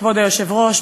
כבוד היושב-ראש,